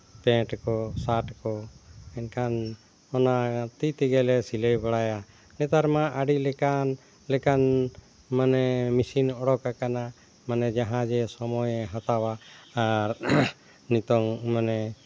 pant ᱠᱚ shirt ᱠᱚ ᱮᱱᱠᱷᱟᱱ ᱚᱱᱟ ᱛᱤ ᱛᱮᱜᱮᱞᱮ ᱥᱤᱞᱟᱹᱭ ᱵᱟᱲᱟᱭᱟ ᱱᱮᱛᱟᱨᱢᱟ ᱟᱹᱰᱤ ᱞᱮᱠᱟᱱ ᱞᱮᱠᱟᱱ ᱢᱟᱱᱮ ᱢᱮᱹᱥᱤᱱ ᱚᱰᱳᱠ ᱟᱠᱟᱱᱟ ᱢᱟᱱᱮ ᱡᱟᱦᱟᱸ ᱡᱮ ᱥᱚᱢᱚᱭᱮ ᱦᱟᱛᱟᱣᱟ ᱟᱨ ᱱᱤᱛᱚᱝ ᱢᱟᱱᱮ